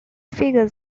figures